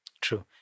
True